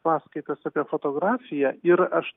paskaitas apie fotografiją ir aš